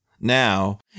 Now